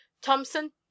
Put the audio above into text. thompson